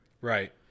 Right